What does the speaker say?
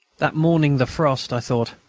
that morning the frost, i thought,